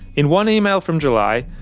in one email from july,